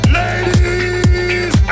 ladies